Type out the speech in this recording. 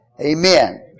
Amen